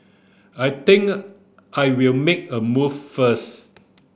I think I'll make a move first